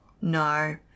No